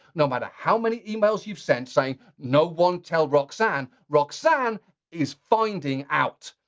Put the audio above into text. no matter how many emails you've sent, saying, no one tell roxanne, roxanne is finding out.